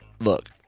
look